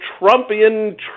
Trumpian